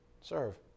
Serve